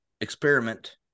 experiment